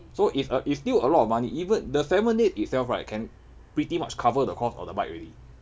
so if err it's still a lot of money even the seven days itself right can pretty much cover the cost of the bike already